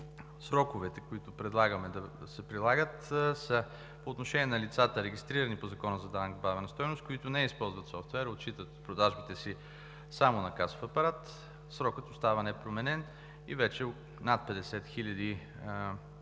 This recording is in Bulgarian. сроковете, които предлагаме да се прилагат, са: По отношение на лицата, регистрирани по Закона за данък добавена стойност, които не използват софтуер, а отчитат продажбите си само на касов апарат, срокът остава непроменен и вече над 50 хиляди